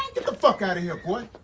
get the fuck out of here, boy.